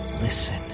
Listen